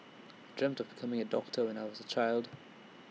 I dreamt of becoming A doctor when I was A child